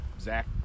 zach